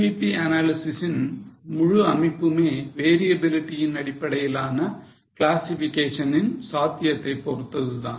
CVP analysis இன் முழு அமைப்புமே variability இன் அடிப்படையிலான classification நின் சாத்தியத்தை பொறுத்தது தான்